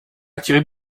attiré